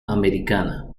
americana